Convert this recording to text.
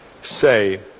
say